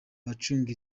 abacunga